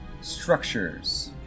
structures